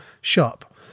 shop